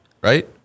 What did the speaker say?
Right